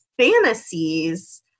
fantasies